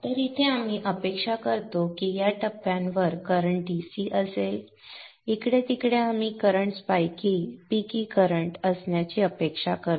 तर इथे आपण अपेक्षा करतो की या टप्प्यावर करंट dc असेल आणि इकडे तिकडे आपण करंट स्पाइकीspiky पीकी करंट असण्याची अपेक्षा करतो